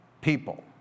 people